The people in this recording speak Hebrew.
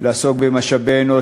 לעסוק במשאבי אנוש,